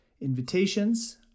invitations